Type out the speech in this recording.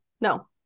No